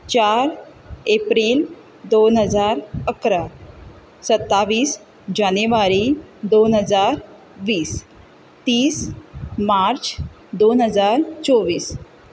चार एप्रील दोन हजार अकरा सत्तावीस जानेवारी दोन हजार वीस तीस मार्च दोन हजार चोवीस